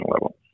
level